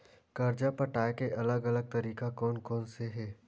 कर्जा पटाये के अलग अलग तरीका कोन कोन से हे?